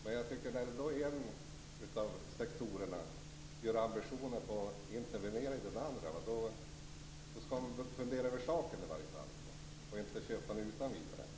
Men om en av sektorerna gör ambitioner på att intervenera den andra, då bör man i varje fall fundera över saken och inte köpa den utan vidare.